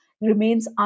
remains